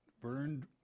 burned